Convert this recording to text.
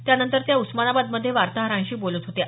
त्यानंतर त्या उस्मानाबादमध्ये वार्ताहरांशी बोलत होत्या